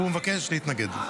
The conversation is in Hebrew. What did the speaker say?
והוא מבקש להתנגד.